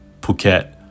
Phuket